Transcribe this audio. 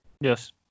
Yes